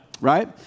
Right